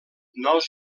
nous